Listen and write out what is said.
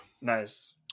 Nice